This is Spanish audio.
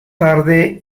tarde